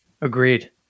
Agreed